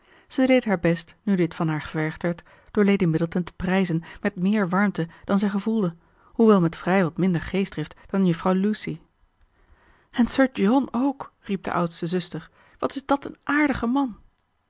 ze deed haar best nu dit van haar gevergd werd door lady middleton te prijzen met meer warmte dan zij gevoelde hoewel met vrij wat minder geestdrift dan juffrouw lucy en sir john ook riep de oudste zuster wat is dat een aardige man